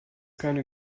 keine